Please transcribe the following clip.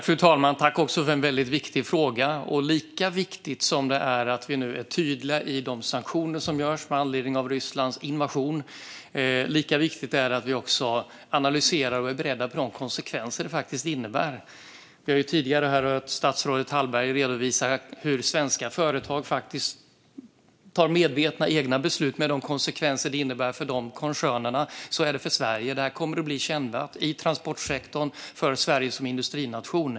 Fru talman! Jag tackar för en viktig fråga. Lika viktigt som det är att vi är tydliga i de sanktioner som införs med anledning av Rysslands invasion, lika viktigt är det att vi analyserar och är beredda på de konsekvenser som de innebär. Vi har tidigare hört statsrådet Hallberg redovisa hur svenska företag fattar medvetna egna beslut med de konsekvenser det innebär för koncernerna. Så är det för Sverige. Det här kommer att bli kännbart i transportsektorn och för Sverige som industrination.